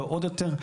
ועוד יותר,